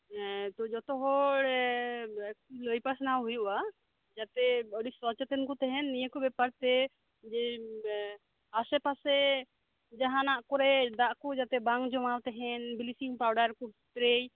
ᱦᱮᱸ ᱛᱚ ᱡᱚᱛᱚᱦᱚᱲ ᱞᱟᱹᱭ ᱯᱟᱥᱱᱟᱣ ᱦᱩᱭᱩᱜᱼᱟ ᱡᱟᱛᱮ ᱟᱹᱰᱤ ᱥᱚᱪᱮᱛᱚᱱ ᱠᱩ ᱛᱟᱦᱮᱱ ᱱᱤᱭᱟᱹᱠᱩ ᱵᱮᱯᱟᱨ ᱛᱮ ᱡᱮ ᱟᱥᱮᱯᱟᱥᱮ ᱡᱟᱦᱟᱱᱟᱜ ᱠᱚᱨᱮ ᱫᱟᱜ ᱠᱩ ᱡᱟᱛᱮ ᱵᱟᱝ ᱡᱚᱢᱟᱣ ᱛᱟᱦᱮᱱ ᱵᱤᱞᱤᱪᱤᱝ ᱯᱟᱣᱰᱟᱨᱠᱩ ᱥᱯᱨᱮ